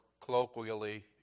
colloquially